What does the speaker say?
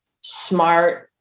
smart